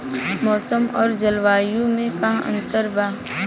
मौसम और जलवायु में का अंतर बा?